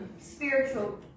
spiritual